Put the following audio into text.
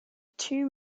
two